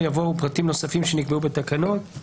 יבוא "ופרטים נוספים שנקבעו בתקנות";